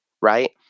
right